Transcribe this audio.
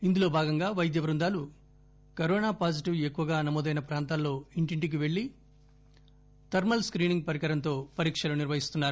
ఇందులో భాగంగా వైద్యుల బృందాలు కరోనా పాజిటివ్ ఎక్కువగా నమోదు అయిన ప్రాంతాల్లో ఇంటింటికి పెళ్లి థర్మల్ స్కీనింగ్ పరికరం తో పరీక్షలు నిర్వహిస్తున్నారు